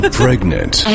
pregnant